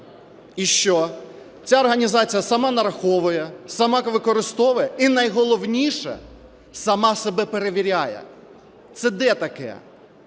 І що? Ця організація сама нараховує, сама використовує, і найголовніше – сама себе перевіряє. Це де таке?